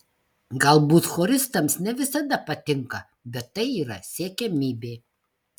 galbūt choristams ne visada patinka bet tai yra siekiamybė